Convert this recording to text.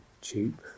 cheap